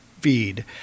feed